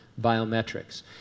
biometrics